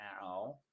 now